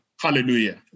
Hallelujah